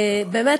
באמת,